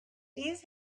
these